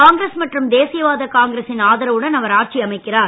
காங்கிரஸ் மற்றும் தேசிய வாத காங்கிரசின் ஆதரவுடன் அவர் ஆட்சி அமைக்கிறார்